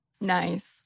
Nice